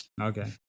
Okay